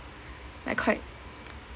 like quite